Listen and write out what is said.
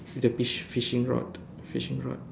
with the fish~ fishing rod fishing rod